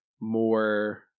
more